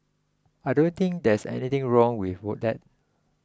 I don't think there's anything wrong with what that